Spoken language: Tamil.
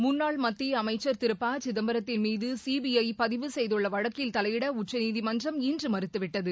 முன்னாள் மத்திய அமைச்சர் திரு ப சிதம்பரத்தின் மீது சிபிஐ பதிவு செய்துள்ள வழக்கில் தலையிட உச்சநீதிமன்றம் இன்று மறுத்துவிட்டது